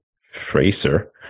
Fraser